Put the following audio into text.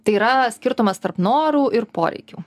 tai yra skirtumas tarp norų ir poreikių